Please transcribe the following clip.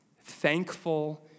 thankful